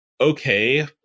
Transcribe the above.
okay